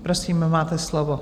Prosím, máte slovo.